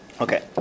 Okay